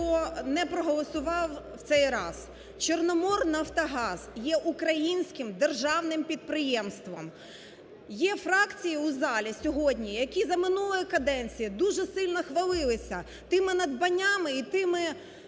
хто не проголосував в цей раз. "Чорноморнафтогаз" є українським державним підприємством. Є фракції у залі сьогодні, які за минулої каденції дуже сильно хвалилися тими надбаннями і тими